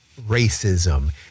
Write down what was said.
racism